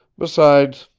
besides,